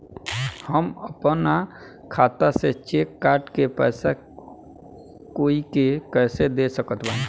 हम अपना खाता से चेक काट के पैसा कोई के कैसे दे सकत बानी?